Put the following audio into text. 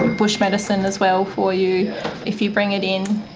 bush medicine as well for you if you bring it in.